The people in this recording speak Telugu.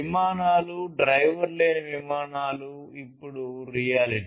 విమానాలు డ్రైవర్ లేని విమానాలు ఇప్పుడు రియాలిటీ